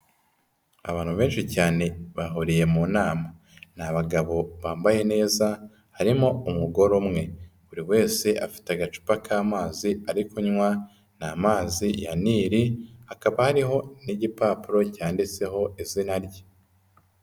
Abantu benshi cyane bahuriye mu nama. Ni abagabo bambaye neza, harimo umugore umwe, buri wese afite agacupa k'amazi ari kunywa, ni amazi ya Nile, hakaba hariho n'igipapuro cyanditseho izina rye.